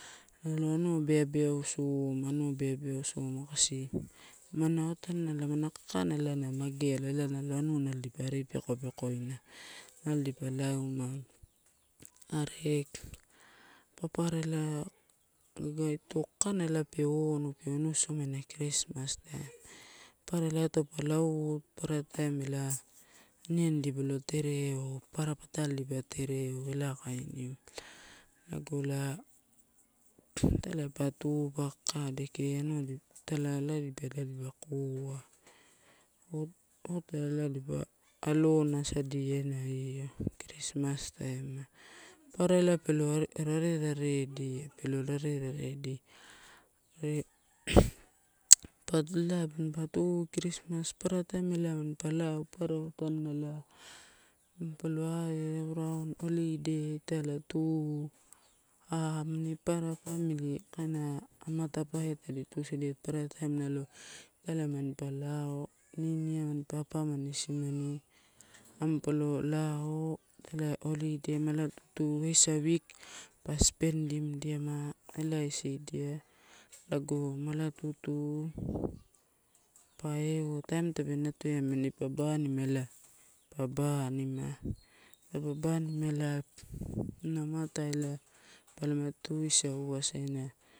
Nalo anua beabeau soma, amia beabeau soma kasi amana otanala, amana kakana na mageala ela anua dipa ati pekoina. Nalo dipa lauma, are papara ela aga ito kakana elape onu, pe onu soma ena krismas taim. Papara ela tewpa lauou papara taim ela kainiuwala. Lago ela italai pa tu pa kakadeke, anua, italai elaidi dipa koa ot, ota ela dipa alona sadia ena io krismas taima. Papara ela pelo raeraedia, pelo raeraedia, are pa ela patu krismas papara taim ela manpa lao papara otanalai manpa lo aru raun, raun, holiday, italai tu a amani paparala pamili kaina amata paeai tadi tusadiato. Papara taim nalo italai na lo manpa lao, niniamani, papamani isimani manpa lo lao italai holiday, malatutu eisa week pa spendimdiama ela isidia lago mala tutu pa euwa taim tape natotia amini pa banima ela pa banima. Taupa banima ela auna amatate ela palama tuisauasa ena.